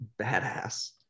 badass